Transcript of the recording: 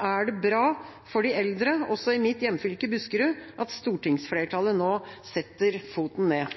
er det bra for de eldre også i mitt hjemfylke, Buskerud, at stortingsflertallet nå setter foten ned.